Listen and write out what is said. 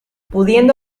pudiendo